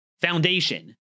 Foundation